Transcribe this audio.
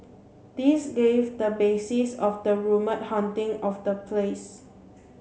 this gave the basis of the rumour haunting of the place